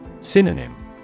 Synonym